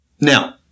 Now